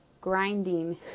grinding